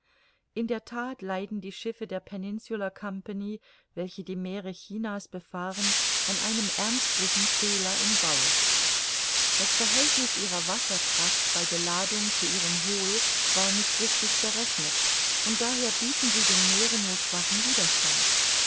in der that leiden die schiffe der peninsular compagnie welche die meere chinas befahren an einem ernstlichen fehler im bau das verhältniß ihrer wassertracht bei beladung zu ihrem hohl war nicht richtig berechnet und daher bieten sie dem meere nur schwachen widerstand